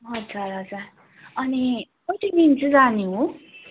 हजुर हजुर अनि कति दिन चाहिँ दिन चाहिँ जाने हो